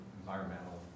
environmental